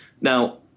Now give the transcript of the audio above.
Now